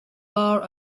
bar